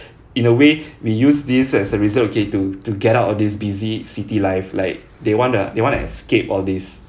in a way we use this as a reason okay to to get out of this busy city life like they wanna they wanna escape all this